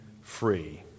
free